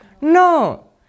No